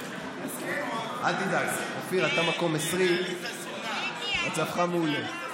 אל תדאג, אתה מקום 20, מצבך מעולה.